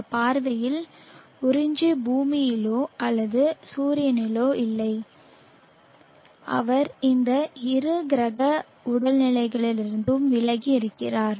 இந்த பார்வையில் உறிஞ்சி பூமியிலோ அல்லது சூரியனிலோ இல்லை அவர் இந்த இரு கிரக உடல்களிலிருந்தும் விலகி இருக்கிறார்